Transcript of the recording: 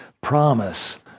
promise